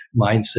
mindset